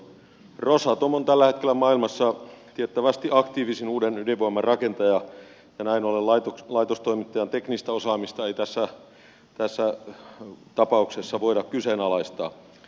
rosatom on tällä hetkellä maailmassa tiettävästi aktiivisin uuden ydinvoiman rakentaja ja näin ollen laitostoimittajan teknistä osaamista ei tässä tapauksessa voida kyseenalaistaa